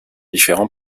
différents